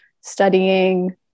studying